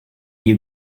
you